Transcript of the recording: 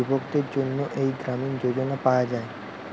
যুবকদের জন্যে যেই গ্রামীণ যোজনা পায়া যায়